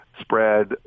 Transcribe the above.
spread